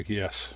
yes